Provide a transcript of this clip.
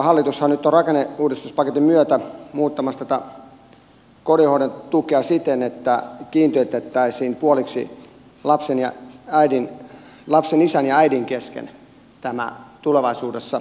hallitushan nyt on rakenneuudistuspaketin myötä muuttamassa tätä kotihoidon tukea siten että tämä kiintiöitettäisiin puoliksi lapsen isän ja äidin kesken tulevaisuudessa